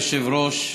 אדוני היושב-ראש,